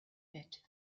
bett